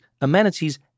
amenities